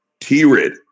T-Rid